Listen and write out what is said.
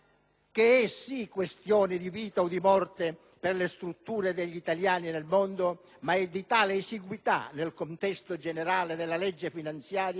che è sì questione di vita o di morte per le strutture degli italiani nel mondo, ma è di tale esiguità nel contesto generale della legge finanziaria